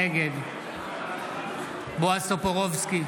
נגד בועז טופורובסקי,